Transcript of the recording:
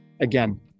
Again